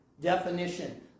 definition